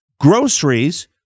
groceries